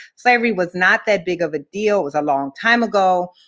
slavery was not that big of a deal, it was a long time ago.